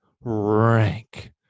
Rank